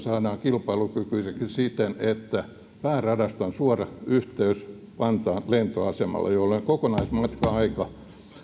saadaan kilpailukykyiseksi siten että pääradasta on suora yhteys vantaan lentoasemalle jolloin kokonaismatka aika